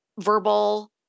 verbal